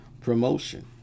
promotion